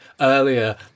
earlier